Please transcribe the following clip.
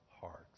hearts